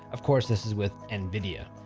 of course this is with nvidia.